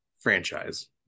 franchise